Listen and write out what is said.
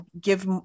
give